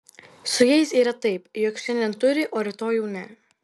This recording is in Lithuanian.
su jais yra taip jog šiandien turi o rytoj jau ne